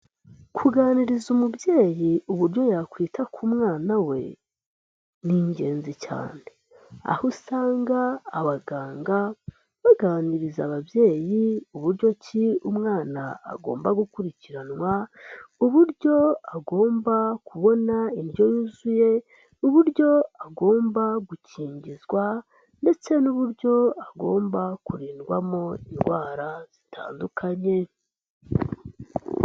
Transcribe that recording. Kuganiriza umubyeyi uburyo yakwita ku mwana we ni ingenzi cyane, aho usanga abaganga baganiriza ababyeyi uburyo ki umwana agomba gukurikiranwa, uburyo agomba kubona indyo yuzuye, uburyo agomba gukingizwa ndetse n'uburyo agomba kurindwamo indwara zitandukanye.